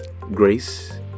Grace